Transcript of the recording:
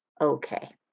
okay